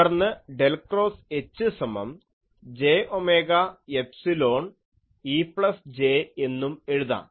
തുടർന്ന് del cross H സമം J omega epsilon Eപ്ലസ് J എന്നും എഴുതാം